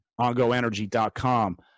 OnGoEnergy.com